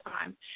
time